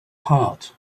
heart